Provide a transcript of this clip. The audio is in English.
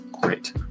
great